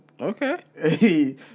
Okay